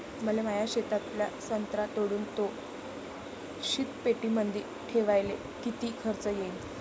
मले माया शेतातला संत्रा तोडून तो शीतपेटीमंदी ठेवायले किती खर्च येईन?